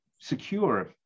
secure